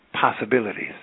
possibilities